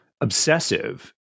obsessive